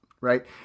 right